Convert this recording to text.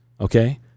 okay